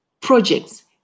projects